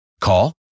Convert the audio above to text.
Call